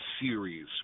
series